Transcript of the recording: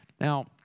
Now